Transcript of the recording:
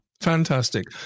fantastic